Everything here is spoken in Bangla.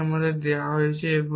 এটি আমাদের দেওয়া হয়েছে